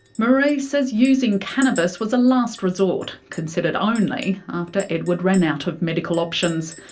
marie says using cannabis was a last resort, considered only after edward ran out of medical options.